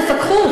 תפקחו.